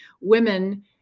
women